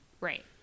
Right